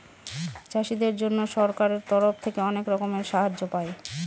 চাষীদের জন্য সরকারের তরফ থেকে অনেক রকমের সাহায্য পায়